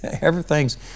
Everything's